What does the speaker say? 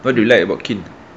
what do you like about kin